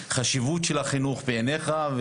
החשיבות של החינוך בעיניך.